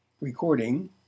Recording